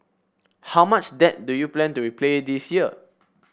how much debt do you plan to replay this year